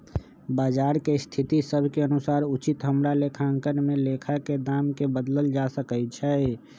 बजार के स्थिति सभ के अनुसार उचित हमरा लेखांकन में लेखा में दाम् के बदलल जा सकइ छै